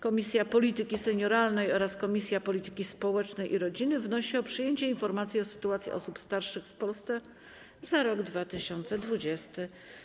Komisja Polityki Senioralnej oraz Komisja Polityki Społecznej i Rodziny wnosi o przyjęcie informacji o sytuacji osób starszych w Polsce za rok 2020.